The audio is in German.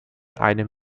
einem